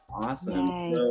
awesome